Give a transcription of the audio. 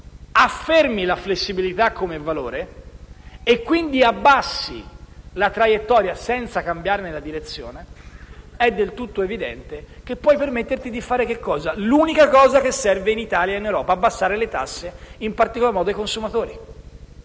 afferma la flessibilità come valore, e quindi si abbassa la traiettoria senza cambiarne la direzione, è del tutto evidente che ci si può permettere di fare una cosa, probabilmente l'unica che serve in Italia e in Europa, cioè abbassare le tasse, in particolar modo ai consumatori.